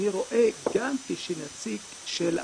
אני רואה גם כשנציג של המשרד,